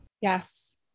Yes